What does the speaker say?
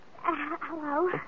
Hello